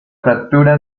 fractura